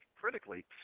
critically